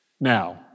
Now